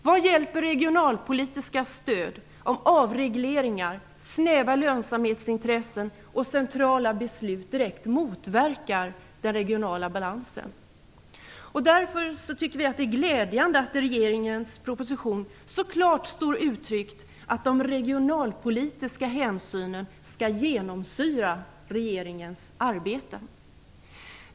Vad hjälper regionalpolitiska stöd om avregleringar, snäva lönsamhetsintressen och centrala beslut direkt motverkar den regionala balansen? Därför är det glädjande att det i regeringens proposition så klart står uttryckt att de regionalpolitiska hänsynen skall genomsyra regeringens arbete.